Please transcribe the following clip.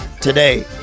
today